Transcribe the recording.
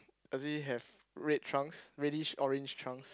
does he have red trunks reddish orange trunks